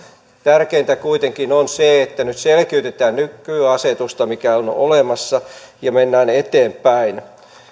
tärkeintä kuitenkin on se että nyt selkiytetään nykyasetusta mikä on olemassa ja mennään eteenpäin